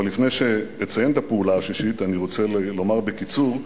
אבל לפני שאציין את הפעולה השישית אני רוצה לומר בקיצור,